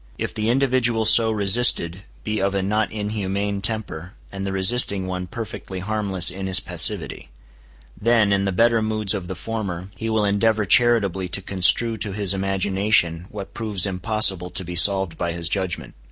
if the individual so resisted be of a not inhumane temper, and the resisting one perfectly harmless in his passivity then, in the better moods of the former, he will endeavor charitably to construe to his imagination what proves impossible to be solved by his judgment.